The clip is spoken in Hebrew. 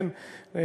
כן,